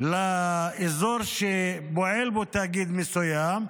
לאזור שפועל בו תאגיד מסוים,